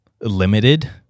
limited